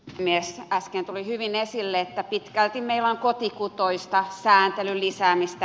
äsken tuli hyvin esille että pitkälti meillä on kotikutoista sääntelyn lisäämistä